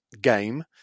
game